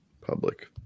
public